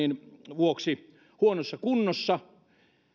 vuoksi huonossa kunnossa